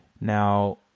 Now